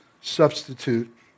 substitute